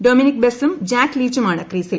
Dominic ബെസ്സും Jack ലീച്ചുമാണ് ക്രീസിൽ